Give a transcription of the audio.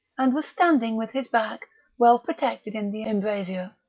and was standing with his back well protected in the embrasure,